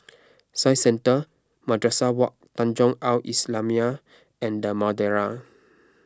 Science Centre Madrasah Wak Tanjong Al Islamiah and the Madeira